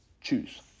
choose